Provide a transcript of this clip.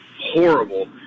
horrible